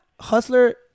hustler